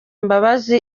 imbabazi